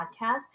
podcast